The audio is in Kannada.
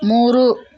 ಮೂರು